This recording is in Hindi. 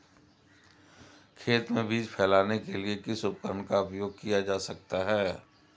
खेत में बीज फैलाने के लिए किस उपकरण का उपयोग किया जा सकता है?